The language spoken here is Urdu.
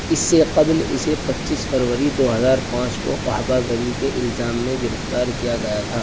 اس سے قبل اسے پچیس فروری دو ہزار پانچ کو قحبہ غری کے الزام میں گرفتار کیا گیا تھا